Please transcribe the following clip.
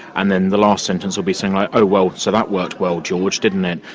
and then the last sentence will be something like, oh well, so that worked well george, didn't it',